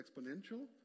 exponential